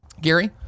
Gary